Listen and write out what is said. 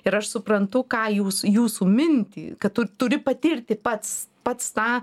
ir aš suprantu ką jūs jūsų mintį kad tu turi patirti pats pats tą